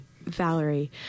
Valerie